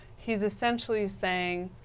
he is essentially saying,